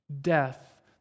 death